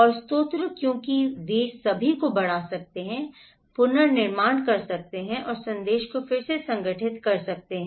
और स्रोत क्योंकि वे सभी को बढ़ा सकते हैं बढ़ा सकते हैं पुनर्निर्माण कर सकते हैं और संदेश को फिर से संगठित कर सकते हैं